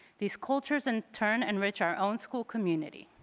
these cultures in turn enrich our own school community.